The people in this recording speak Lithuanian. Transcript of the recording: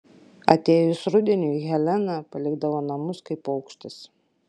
atėjus rudeniui helena palikdavo namus kaip paukštis